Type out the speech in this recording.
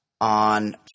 on